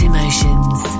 Emotions